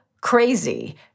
crazy